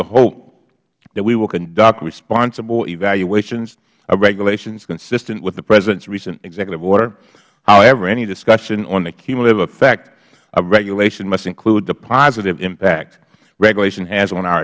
to hope that we will conduct responsible evaluations of regulations consistent with the president's recent executive order however any discussion on the cumulative effect of regulation must include the positive impact regulation has on our